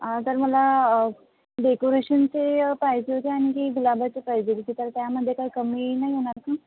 तर मला डेकोरेशनचे पाहिजे होते आणखी गुलाबाचे पाहिजेल तर त्यामध्ये काही कमी नाही होणार का